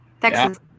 Texas